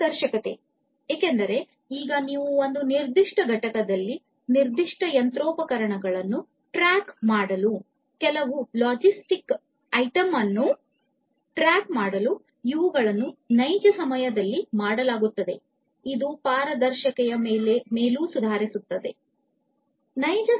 ಪಾರದರ್ಶಕತೆ ಎಂದರೆ ಒಂದು ನಿರ್ದಿಷ್ಟ ಘಟಕದಲ್ಲಿ ನಿರ್ದಿಷ್ಟ ಯಂತ್ರೋಪಕರಣಗಳನ್ನು ನೈಜ ಸಮಯದಲ್ಲಿ ಟ್ರ್ಯಾಕ್ ಮಾಡಲು ಸಮರ್ಥ ಇರುವುದು